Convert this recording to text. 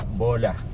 bola